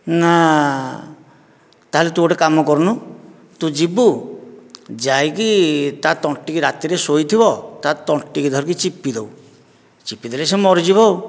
ନା ତା'ହେଲେ ତୁ ଗୋଟିଏ କାମ କରୁନୁ ତୁ ଯିବୁ ଯାଇକି ତା ତଣ୍ଟି କି ରାତିରେ ଶୋଇଥିବ ତା ତଣ୍ଟି କୁ ଧରି ଚିପିଦେବୁ ଚିପିଦେଲେ ସେ ମରିଯିବ ଆଉ